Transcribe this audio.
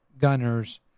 gunners